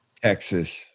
Texas